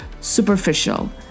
superficial